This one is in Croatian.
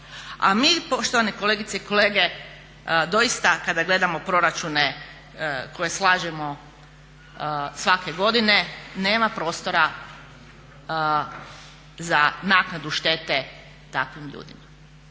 A mi poštovane kolegice i kolege doista kada gledamo proračune koje slažemo svake godine nema prostora za naknadu štete takvim ljudima.